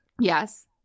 Yes